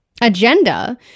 agenda